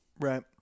Right